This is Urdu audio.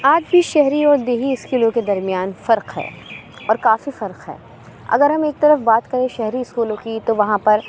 آج بھی شہری اور دیہی اسکولوں کے درمیان فرق ہے اور کافی فرق ہے اگر ہم ایک طرف بات کریں شہری اسکولوں کی تو وہاں پر